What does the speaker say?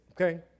okay